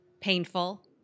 painful